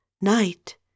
Night